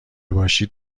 باشید